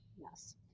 Yes